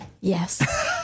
Yes